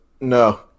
No